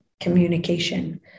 communication